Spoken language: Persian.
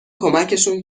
کمکشون